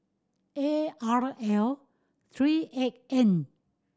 A R L three eight N